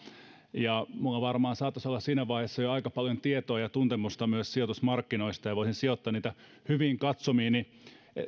minulla varmaan saattaisi olla siinä vaiheessa jo aika paljon tietoa ja tuntemusta sijoitusmarkkinoista ja voisin sijoittaa rahat hyviin katsomiini